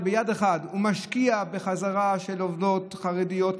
שביד אחת הוא משקיע בחזרה של עובדות חרדיות,